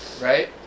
right